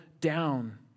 down